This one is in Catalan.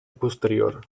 posterior